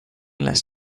less